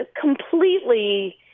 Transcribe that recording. completely